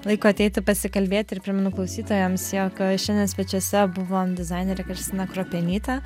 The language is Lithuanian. laiko ateiti pasikalbėti ir primenu klausytojams jog šiandien svečiuose buvom dizainerė kristina kruopienytė